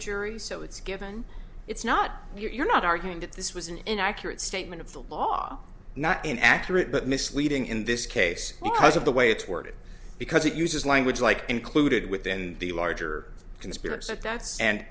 jury so it's given it's not you're not arguing that this was an inaccurate statement of the law not an accurate but misleading in this case because of the way it's worded because it uses language like included within the larger conspiracy but that's and